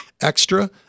extra